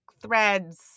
threads